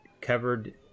covered